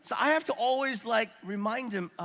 so i have to always like remind him,